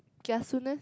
kaisuness